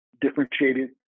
differentiated